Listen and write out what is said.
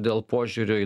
dėl požiūrio į